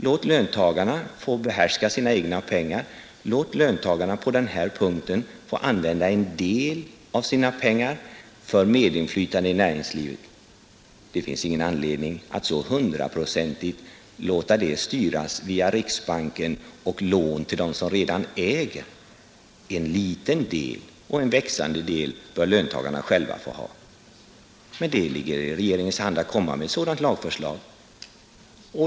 Låt löntagarna få behärska sina egna pengar, låt löntagarna på den här punkten få använda en del av sina pengar för medinflytande i näringslivet! Det finns ingen anledning att så hundraprocentigt låta det styras via riksbanken och lån till dem som redan äger. En liten del och en växande del bör löntagarna själva få ha. Det ligger i regeringens hand att framlägga ett sådant lagförslag.